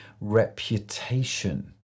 reputation